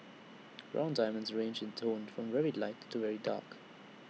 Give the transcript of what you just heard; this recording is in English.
brown diamonds range in tone from very light to very dark